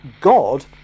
God